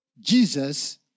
Jesus